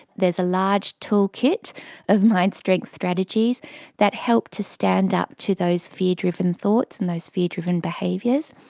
there is a large toolkit of mind strength strategies that help to stand up to those fear driven thoughts and those fear driven behaviours,